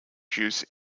juice